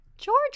George